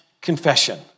confession